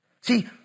See